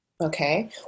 Okay